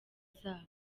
zabwo